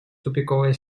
тупиковая